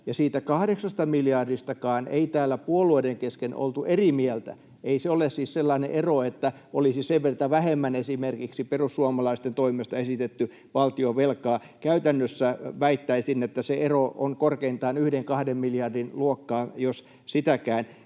siitä 8 miljardistakaan ei täällä puolueiden kesken oltu eri mieltä. Ei se ole siis sellainen ero, että olisi sen verta vähemmän esimerkiksi perussuomalaisten toimesta esitetty valtionvelkaa. Käytännössä väittäisin, että se ero on korkeintaan yhden kahden miljardin luokkaa, jos sitäkään.